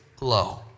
low